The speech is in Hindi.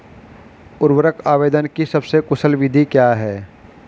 उर्वरक आवेदन की सबसे कुशल विधि क्या है?